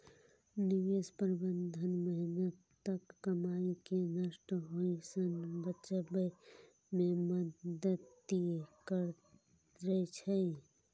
निवेश प्रबंधन मेहनतक कमाई कें नष्ट होइ सं बचबै मे मदति करै छै